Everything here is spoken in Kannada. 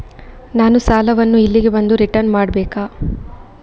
ನಾನು ಸಾಲವನ್ನು ಇಲ್ಲಿಗೆ ಬಂದು ರಿಟರ್ನ್ ಮಾಡ್ಬೇಕಾ?